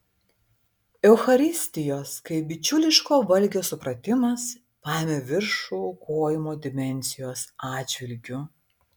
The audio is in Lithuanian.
eucharistijos kaip bičiuliško valgio supratimas paėmė viršų aukojimo dimensijos atžvilgiu